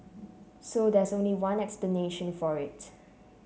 so there's only one explanation for it